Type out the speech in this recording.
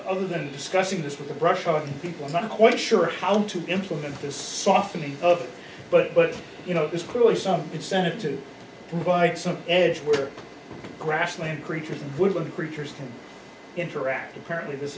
other than discussing this with the brush of people not quite sure how to implement this softening of but but you know there's clearly some incentive to provide some edge where grassland creatures woodland creatures can interact apparently this